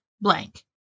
blank